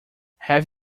have